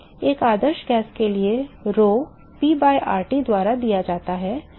एक आदर्श गैस के लिए Rho P by RT द्वारा दिया जाता है